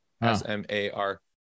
S-M-A-R